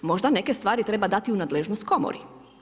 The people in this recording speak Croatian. Možda neke stvari treba dati u nadležnost komori.